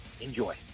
Enjoy